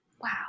Wow